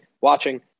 watching